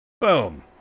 Boom